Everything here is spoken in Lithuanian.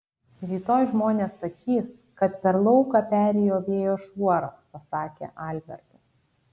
rytoj žmonės sakys kad per lauką perėjo vėjo šuoras pasakė albertas